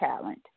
talent